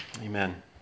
Amen